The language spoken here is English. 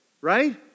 right